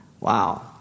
Wow